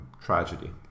tragedy